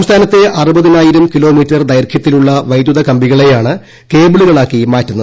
സംസ്ഥാനത്തെ അറുപതിനായിരം കിലോമീറ്റർ ദൈർഘ്യത്തിലുള്ള വൈദ്യുത കമ്പികളെയാണ് കേബിളുകളാക്കി മാറ്റുന്നത്